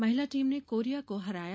महिला टीम ने कोरिया को हराया